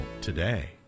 today